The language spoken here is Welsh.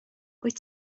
wyt